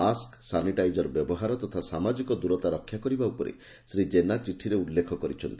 mask sanitiser ବ୍ୟବହାର ତଥା ସାମାଜିକ ଦୂରତା ରକ୍ଷା କରିବା ଉପରେ ଶ୍ରୀ ଜେନା ଚିଠିରେ ଉଲ୍ଲେଖ କରିଛନ୍ତି